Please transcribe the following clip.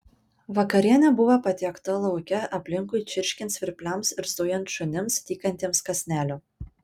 vakarienė buvo patiekta lauke aplinkui čirškiant svirpliams ir zujant šunims tykantiems kąsnelio